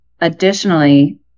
Additionally